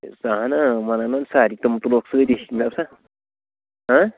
اَہَنہٕ بہٕ انہٕ یِمن سارِنٕے تِم تُلہوکھ سٍتی